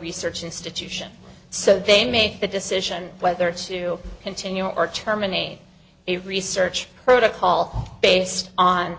research institution so they made the decision whether to continue or terminate the research protocol based on